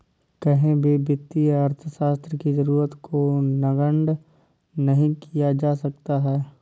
कहीं भी वित्तीय अर्थशास्त्र की जरूरत को नगण्य नहीं किया जा सकता है